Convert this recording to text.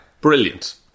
Brilliant